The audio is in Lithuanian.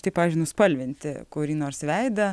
tai pavyzdžiui nuspalvinti kurį nors veidą